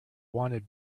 wanted